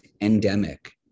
endemic